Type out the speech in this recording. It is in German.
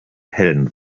hellen